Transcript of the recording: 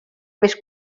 més